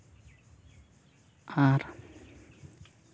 ᱟᱨ